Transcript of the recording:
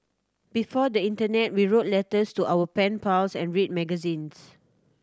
before the internet we wrote letters to our pen pals and read magazines